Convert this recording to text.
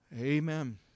Amen